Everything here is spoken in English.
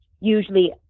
Usually